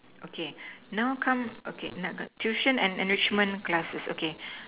okay now come okay tuition and enrichment classes okay